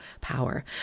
power